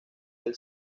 del